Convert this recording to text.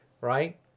right